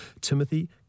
Timothy